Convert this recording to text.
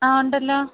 ആ ഉണ്ടല്ലോ